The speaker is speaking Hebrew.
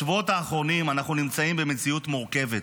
בשבועות האחרונים אנחנו נמצאים במציאות מורכבת